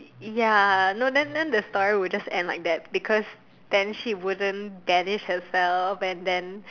ya no then then the story would just end like that because then he wouldn't denise have fell and then